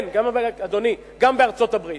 כן, אדוני, גם בארצות-הברית.